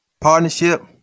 partnership